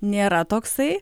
nėra toksai